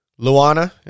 Luana